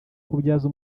kubyaza